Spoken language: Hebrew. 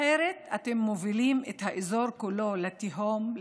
אחרת אתם מובילים את האזור כולו לתהום,